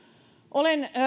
olen